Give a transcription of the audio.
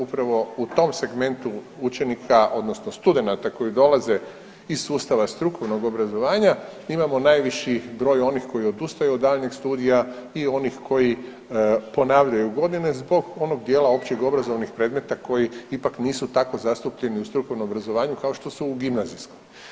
Upravo u tom segmentu učenika odnosno studenata koji dolaze iz sustava strukovnog obrazovanja imamo najviši broj onih koji odustaju od daljnjeg studija i onih koji ponavljaju godine zbog onog dijela općeg obrazovnih predmeta ipak nisu tako zatupljeni u strukovnom obrazovanju kao što su u gimnazijskom.